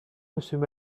monsieur